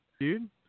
Dude